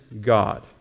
God